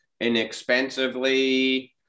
inexpensively